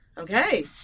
Okay